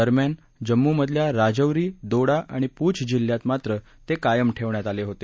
दरम्यान जम्मूमधल्या राजौरी दोडा आणि पूंछ जिल्ह्यांत मात्र ते कायम ठेवण्यात आले होते